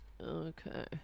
Okay